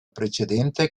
precedente